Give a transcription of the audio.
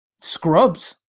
scrubs